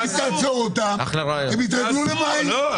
אם תעצור אותם הם יתרגלו למים.